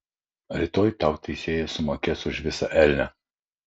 rytoj tau teisėjas sumokės už visą elnią